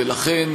ולכן,